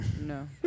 No